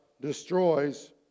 destroys